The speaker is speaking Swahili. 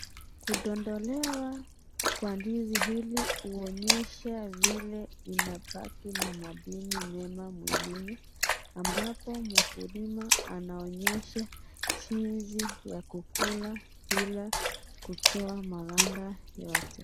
Kudondolewa kwa ndizi hili huonyesha vile inabaki na madini mema mwilini ambapo mkulima anaonyesha jinsi ya kukula bila kutoa maganda yote.